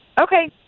okay